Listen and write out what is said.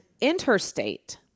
interstate